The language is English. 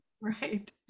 Right